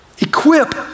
Equip